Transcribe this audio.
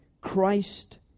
Christ